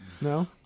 No